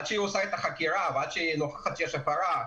עד שהיא עושה את החקירה ועד שהיא נוכחת שיש הפרה,